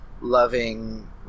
loving